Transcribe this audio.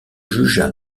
jugea